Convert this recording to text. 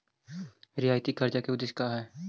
रियायती कर्जा के उदेश्य का हई?